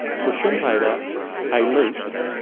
for schumpeter elites,